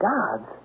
Gods